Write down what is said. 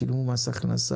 שילמו מס הכנסה,